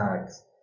Tags